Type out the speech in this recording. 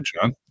John